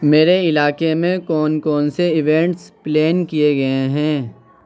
میرے علاقے میں کون کون سے ایونٹس پلین کیے گئے ہیں